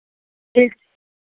ठीक